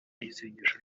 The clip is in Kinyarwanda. isengesho